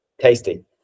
tasty